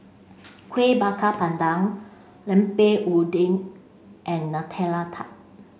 Kueh Bakar Pandan Lemper Udang and Nutella Tart